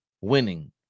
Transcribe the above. winning